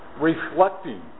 reflecting